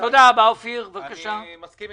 שאושרה אין יותר מדי מקום לדון באופן נקודתי,